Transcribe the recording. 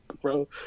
bro